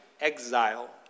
exile